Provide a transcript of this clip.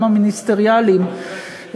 גם המיניסטריאליים,